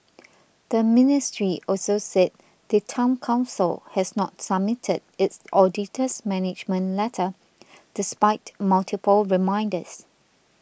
the ministry also said the Town Council has not submitted its auditor's management letter despite multiple reminders